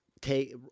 take –